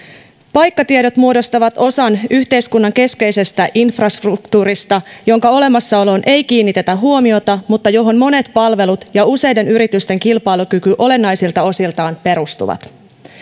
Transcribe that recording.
paikkatiedot muodostavat osan yhteiskunnan keskeisestä infrastruktuurista jonka olemassaoloon ei kiinnitetä huomiota mutta johon monet palvelut ja useiden yritysten kilpailukyky olennaisilta osiltaan perustuvat